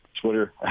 Twitter